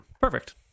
perfect